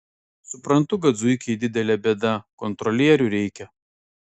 suprantu kad zuikiai didelė bėda kontrolierių reikia